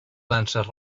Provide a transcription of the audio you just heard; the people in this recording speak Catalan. danses